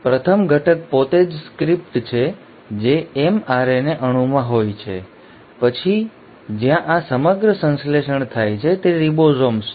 પ્રથમ ઘટક પોતે જ સ્ક્રિપ્ટ છે જે mRNA અણુમાં હોય છે પછી રસોઇયા જ્યાં આ સમગ્ર સંશ્લેષણ થાય છે જે રિબોસોમ્સ છે